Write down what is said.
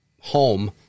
home